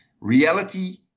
Reality